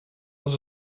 als